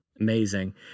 amazing